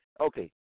Okay